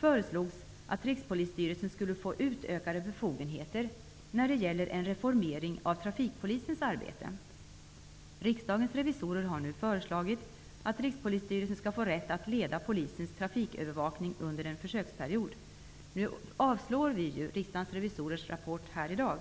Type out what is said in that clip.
föreslogs att Rikspolisstyrelsen skulle få utökade befogenheter när det gäller en reformering av trafikpolisens arbete. Riksdagens revisorer har nu föreslagit att Rikspolisstyrelsen skall få rätt att leda polisens trafikövervakning under en försöksperiod. Kammaren kommer ju i dag att avslå det förslaget.